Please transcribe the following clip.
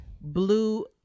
Blue